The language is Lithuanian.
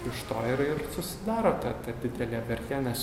iš to ir susidaro ta ta didelė vertė nes